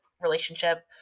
relationship